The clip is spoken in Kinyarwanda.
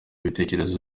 ibitekerezo